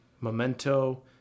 Memento